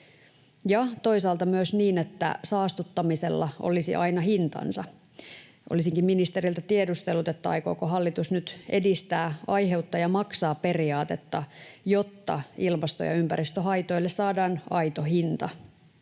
ja toisaalta myös, että saastuttamisella olisi aina hintansa. Olisinkin ministeriltä tiedustellut, aikooko hallitus nyt edistää aiheuttaja maksaa -periaatetta, jotta ilmasto- ja ympäristöhaitoille saadaan aito hinta?